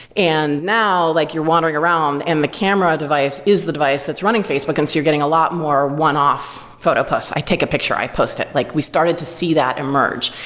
and now like you're wandering around and the camera device is the device that's running facebook, and so you're getting a lot more one-off photo plus. i take a picture, i post it. like we started to see that emerge.